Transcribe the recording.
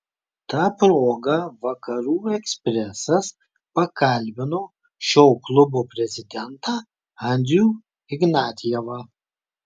ta proga vakarų ekspresas pakalbino šio klubo prezidentą andrių ignatjevą